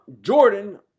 Jordan